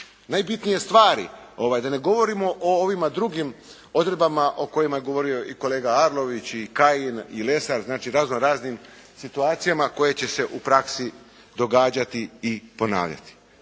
najbitnije stvari. Da ne govorimo o ovima drugim odredbama o kojima je govorio i kolega Arlović, i Kajin, i Lesar, znači raznoraznim situacijama koje će se u praksi događati i ponavljati.